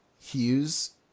hues